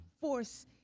force